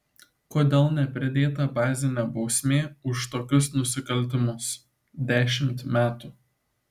kodėl nepridėta bazinė bausmė už tokius nusikaltimus dešimt metų